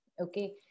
okay